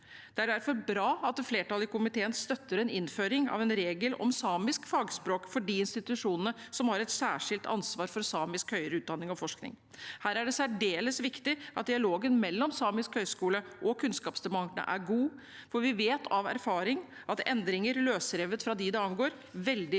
Det er derfor bra at et flertall i komiteen støtter en innføring av en regel om samisk fagspråk for de institusjonene som har et særskilt ansvar for samisk høyere utdanning og forskning. Her er det særdeles viktig at dialogen mellom Samisk høyskole og Kunnskapsdepartementet er god, for vi vet av erfaring at endringer løsrevet fra dem det angår, veldig sjelden